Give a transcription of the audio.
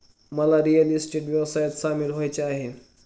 मला real estate व्यवसायात सामील व्हायचे आहे